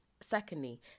Secondly